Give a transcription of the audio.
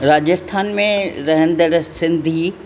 राजस्थान में रहंदड़ु सिंधी